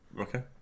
Okay